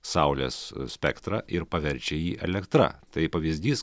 saulės spektrą ir paverčia jį elektra tai pavyzdys